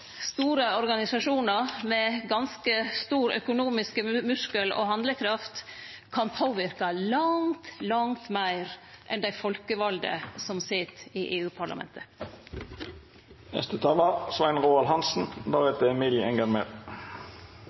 store organisasjonar med ganske stor økonomisk muskel- og handlekraft kan påverke langt, langt meir enn dei folkevalde som sit i